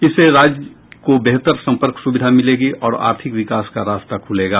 इनसे राज्य को बेहतर संपर्क सुविधा मिलेगी और आर्थिक विकास का रास्ता खुलेगा